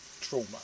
trauma